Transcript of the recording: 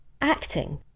acting